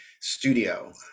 studio